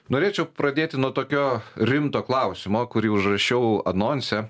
norėčiau pradėti nuo tokio rimto klausimo kurį užrašiau anonse